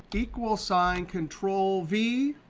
equal sign, control v.